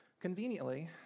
Conveniently